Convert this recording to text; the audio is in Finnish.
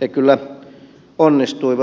he kyllä onnistuivat